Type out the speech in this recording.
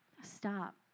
stop